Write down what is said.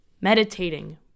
meditating